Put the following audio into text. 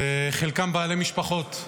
וחלקם בעלי משפחות.